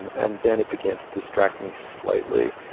and and then it began to distract me slightly.